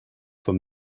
for